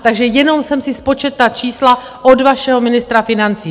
Takže jenom jsem si spočetla ta čísla od vašeho ministra financí.